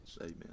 Amen